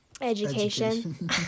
education